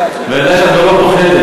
ואני יודע גם שאת לא פוחדת,